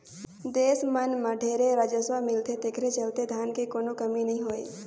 देस मन मं ढेरे राजस्व मिलथे तेखरे चलते धन के कोनो कमी नइ होय